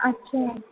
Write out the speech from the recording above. अच्छा